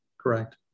Correct